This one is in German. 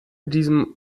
diesem